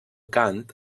cant